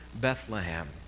Bethlehem